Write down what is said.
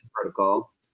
protocol